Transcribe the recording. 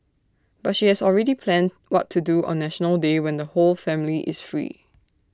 but she has already planned what to do on National Day when the whole family is free